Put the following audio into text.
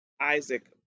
Isaac